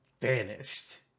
vanished